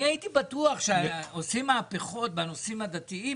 אני הייתי בטוח שעושים מהפכות בנושאים הדתיים,